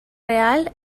real